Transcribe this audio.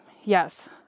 Yes